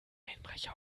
einbrecher